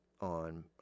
on